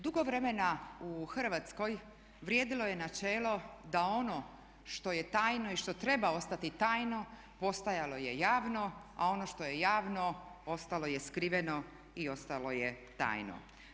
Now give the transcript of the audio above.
Dugo vremena u Hrvatskoj vrijedilo je načelo da ono što je tajno i što treba ostati tajno postojalo je javno a ono što je javno ostalo je skriveno i ostalo je tajno.